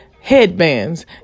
headbands